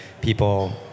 people